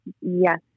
Yes